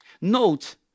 Note